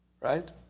right